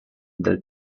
del